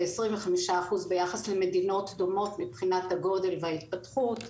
ב-25% ביחס למדינות דומות מבחינת הגודל וההתפתחות.